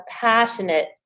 passionate